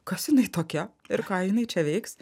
kas jinai tokia ir ką jinai čia veiks